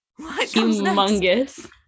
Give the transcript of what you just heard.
Humongous